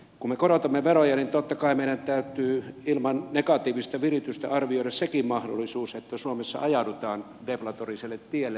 kun me korotamme veroja niin totta kai meidän täytyy ilman negatiivista viritystä arvioida sekin mahdollisuus että suomessa ajaudutaan deflatoriselle tielle